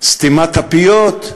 סתימת הפיות.